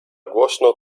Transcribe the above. głośno